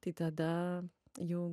tai tada jau